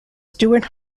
stewart